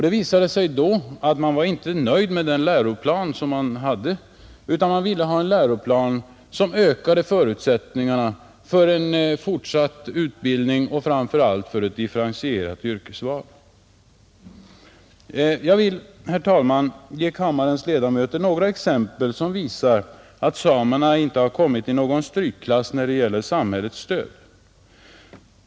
Det visade sig att man inte var nöjd med läroplanen, utan ville ha en läroplan som gav bättre förutsättningar för fortsatt utbildning och framför allt för ett differentierat yrkesval. Jag vill, herr talman, ge kammarens ledamöter några exempel som visar att samerna inte har kommit i någon strykklass när det gäller samhällets stöd.